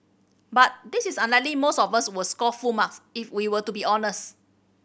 but this is unlikely most of us were score full marks if we were to be honest